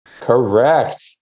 correct